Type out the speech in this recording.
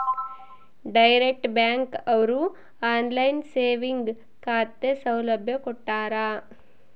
direct bank ಅವ್ರು online saving ಖಾತೆ ಸೌಲಭ್ಯ ಕೊಟ್ಟಾರ